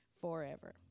Forever